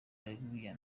areruya